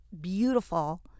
beautiful